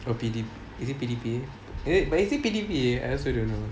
oh P_D is it P_D_P_A eh but is it P_D_P_A I also don't know